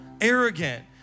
arrogant